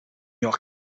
your